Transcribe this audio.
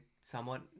somewhat